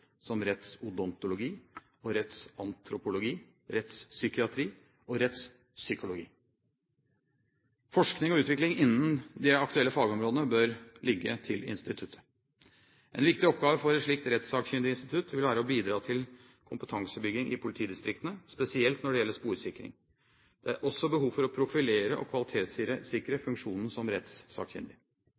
som rettsodontologi, rettsantropologi, rettspsykiatri og rettspsykologi. Forskning og utvikling innen de aktuelle fagområdene bør ligge til instituttet. En viktig oppgave for et slikt rettssakkyndig institutt vil være å bidra til kompetansebygging i politidistriktene, spesielt når det gjelder sporsikring. Det er også behov for å profilere og kvalitetssikre funksjonen som